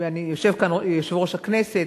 יושב כאן יושב-ראש הכנסת,